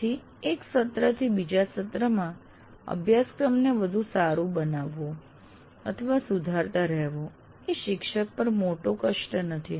તેથી એક સત્રથી બીજા સત્રમાં અભ્યાસક્રમને વધુ સારું બનવાવો અથવા સુધારતા રહેવું એ શિક્ષક પર મોટો કષ્ટ નથી